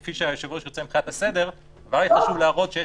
כפי שהיושב-ראש רוצה מבחינת הסדר אבל היה לי חשוב להראות שיש